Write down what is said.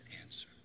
answer